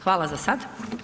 Hvala za sad.